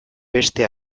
beste